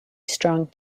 strong